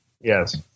Yes